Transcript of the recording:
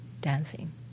dancing